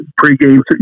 pregame